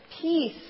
peace